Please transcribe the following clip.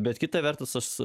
bet kita vertus